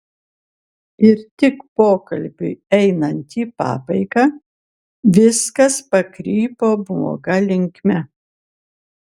ir tik pokalbiui einant į pabaigą viskas pakrypo bloga linkme